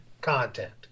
content